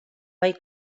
bai